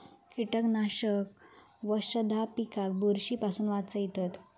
कीटकनाशक वशधा पिकाक बुरशी पासून वाचयतत